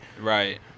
right